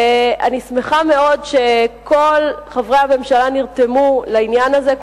אני שמחה מאוד שכל חברי הממשלה נרתמו לעניין הזה,